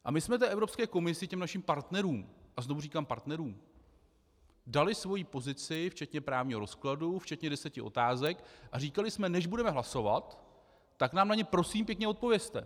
A my jsme té Evropské komisi, těm našim partnerům a znovu říkám partnerům dali svoji pozici včetně právního rozkladu, včetně deseti otázek a říkali jsme: než budeme hlasovat, tak nám na ně prosím pěkně odpovězte.